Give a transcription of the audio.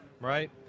right